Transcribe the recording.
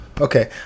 okay